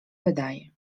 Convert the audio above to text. wydaje